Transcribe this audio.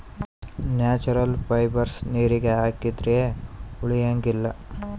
natural fibres ನೀರಿಗೆ ಹಾಕಿದ್ರೆ ಉಳಿಯಂಗಿಲ್ಲ